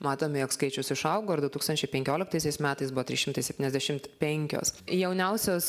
matome jog skaičius išaugo ir du tūkstančiai penkioliktaisiais metais buvo trys šimtai septyniasdešimt penkios jauniausios